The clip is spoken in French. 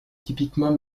typiquement